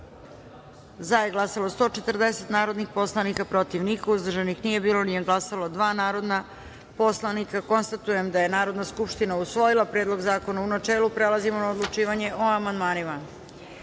Za je glasalo 142 narodna poslanika, protiv – niko, uzdržan – niko, nije glasalo dva narodna poslanika. Konstatujem da je Skupština usvojila Predlog zakona u načelu. Prelazimo na odlučivanje o amandmanima. Stavljam